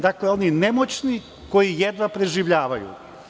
Dakle, oni nemoćni koji jedva preživljavaju.